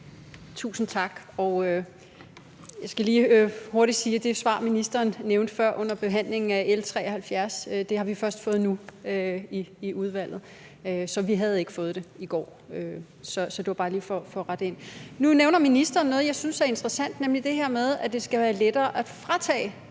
Tusind tak. Jeg skal lige hurtigt sige, at det svar, ministeren nævnte før under behandlingen af L 73, har vi først fået nu i udvalget. Så vi havde ikke fået det i går. Det var bare lige for gøre det klart. Nu nævner ministeren noget, jeg synes er interessant, nemlig det her med, at det skal være lettere at fratage